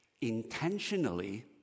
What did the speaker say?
intentionally